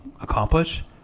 accomplish